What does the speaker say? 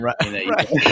Right